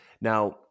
Now